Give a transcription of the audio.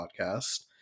podcast